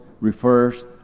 refers